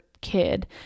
kid